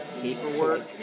paperwork